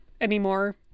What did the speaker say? anymore